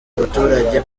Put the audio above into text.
abaturage